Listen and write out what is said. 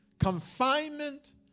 confinement